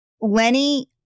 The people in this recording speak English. Lenny